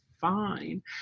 fine